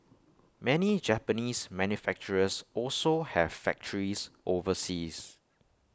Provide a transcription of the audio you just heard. many Japanese manufacturers also have factories overseas